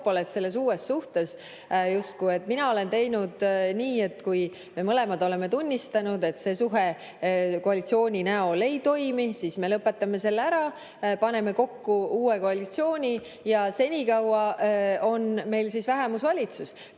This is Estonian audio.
selles uues suhtes. Mina olen teinud nii, et kui me mõlemad oleme tunnistanud, et see suhe koalitsiooni näol ei toimi, siis me lõpetame selle ära, paneme kokku uue koalitsiooni ja senikaua on meil vähemusvalitsus.